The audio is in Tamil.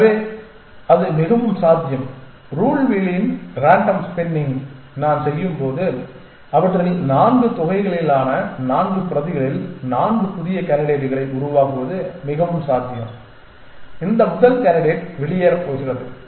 எனவே அது மிகவும் சாத்தியம் ருல் வீலின் ரேண்டம் ஸ்பின்னிங் நான் செய்யும்போது அவற்றில் 4 தொகைகளிலான 4 பிரதிகளில் 4 புதிய கேண்டிடேட்களை உருவாக்குவது மிகவும் சாத்தியம் இந்த முதல் காண்டிடேட் வெளியேறப் போகிறது